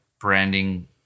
branding